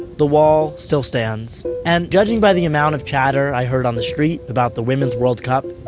the wall still stands. and judging by the amount of chatter i heard on the street about the women's world cup,